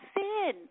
sin